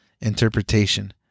interpretation